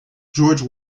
george